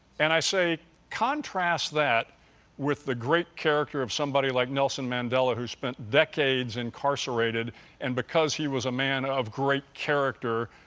and i say contrast that with the great character of somebody like nelson mandela, who spent decades incarcerated and, because he was a man of great character,